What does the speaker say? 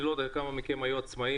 אני לא יודע כמה מכם היו עצמאים,